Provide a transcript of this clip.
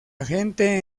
gente